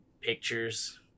pictures